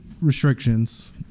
restrictions